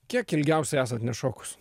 kiek ilgiausiai esat nešokus